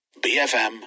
BFM